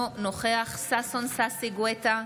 אינו נוכח ששון ששי גואטה,